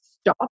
stop